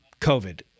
COVID